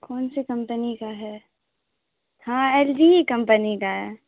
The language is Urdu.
کون سی کمپنی کا ہے ہاں ایل جی ہی کمپنی کا ہے